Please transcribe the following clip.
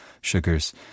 Sugars